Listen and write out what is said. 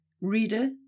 Reader